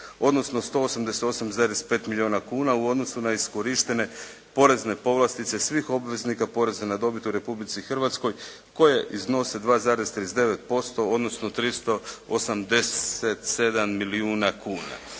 odnosno 188,5 milijuna kuna u odnosu na iskorištene porezne povlastice svih obveznika poreza na dobit u Republici Hrvatskoj, koje iznose 2,39%, odnosno 387 milijuna kuna.